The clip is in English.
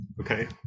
Okay